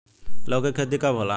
लौका के खेती कब होला?